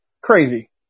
crazy